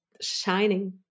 shining